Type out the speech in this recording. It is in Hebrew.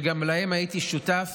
שגם להן הייתי שותף,